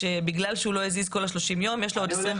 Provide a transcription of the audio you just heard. שבגלל שהוא לא הזיז במשך 30 ימים יש לו עוד